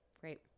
great